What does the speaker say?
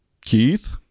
Keith